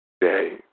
day